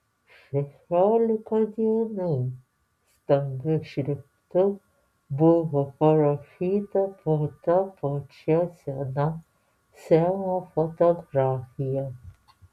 šešiolika dienų stambiu šriftu buvo parašyta po ta pačia sena semo fotografija